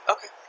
Okay